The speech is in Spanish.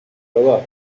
trabajos